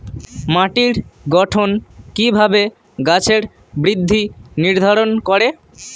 মাটির গঠন কিভাবে গাছের বৃদ্ধি নির্ধারণ করে?